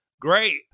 great